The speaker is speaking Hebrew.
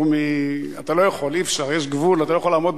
בוועדה לא היו הסתייגויות, כולם תמכו,